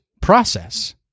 process